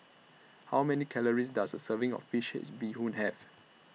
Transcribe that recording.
How Many Calories Does A Serving of Fish Head Bee Hoon Have